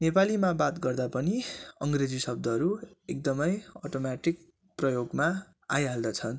नेपालीमा बात गर्दा पनि अङ्ग्रेजी शब्दहरू एकदमै अटोम्याटिक प्रयोगमा आइहाल्दछ